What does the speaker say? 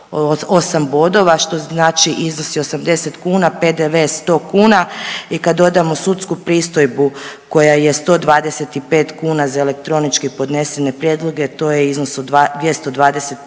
bodova što znači iznosi 80 kuna, PDV 100 kuna i kad dodamo sudsku pristojbu koja je 125 kuna za elektronički podnesene prijedloge to je iznos od 225